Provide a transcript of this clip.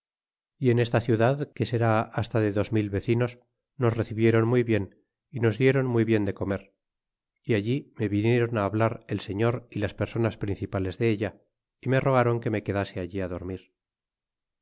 y en esta ciudad que se rá fasta de dos mil vecinos nos recladron muy bien y nos lidron muy bien de comer si allí me vinidron si hablar el señor y las personas principales de ella y me rogaron que me quedase allí á dormir